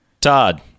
Todd